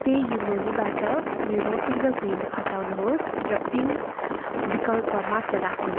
PayU मनीबाट मेरो fingerprint हटाउनुहोस् र पिन विकल्प मात्र राख्नुहोस्